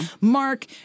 Mark